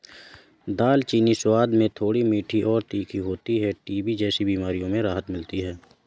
दालचीनी स्वाद में थोड़ी मीठी और तीखी होती है टीबी जैसी बीमारियों में राहत मिलती है